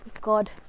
God